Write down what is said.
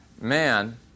Man